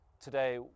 today